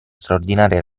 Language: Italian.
straordinaria